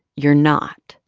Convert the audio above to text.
you're not.